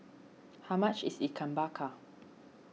how much is Ikan Bakar